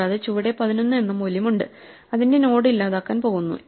കൂടാതെ ചുവടെ 11 എന്ന മൂല്യമുണ്ട് അതിന്റെ നോഡ് ഇല്ലാതാക്കാൻ പോകുന്നു